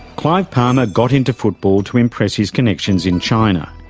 clive palmer got into football to impress his connections in china.